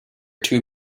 two